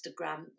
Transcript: Instagram